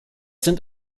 sind